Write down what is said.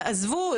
עזבו,